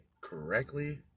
correctly